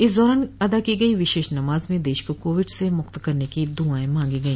इस दौरान अदा की गई विशेष नमाज में देश को कोविड से मुक्त करने की दुआएं मांगी गई